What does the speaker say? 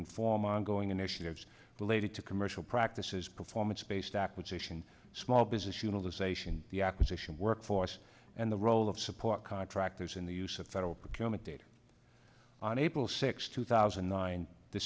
inform ongoing initiatives related to commercial practices performance based acquisition small business utilization the acquisition workforce and the role of support contractors in the use of federal procurement data on april sixth two thousand and nine the